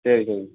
சரி சரி